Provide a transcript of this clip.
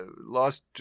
lost